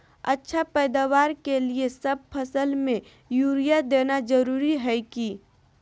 अच्छा पैदावार के लिए सब फसल में यूरिया देना जरुरी है की?